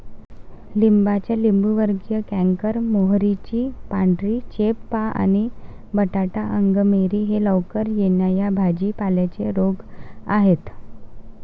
लिंबाचा लिंबूवर्गीय कॅन्कर, मोहरीची पांढरी चेपा आणि बटाटा अंगमेरी हे लवकर येणा या भाजी पाल्यांचे रोग आहेत